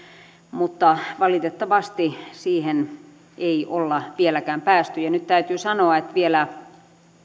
mutta valitettavasti siihen ei olla vieläkään päästy ja nyt täytyy sanoa että vielä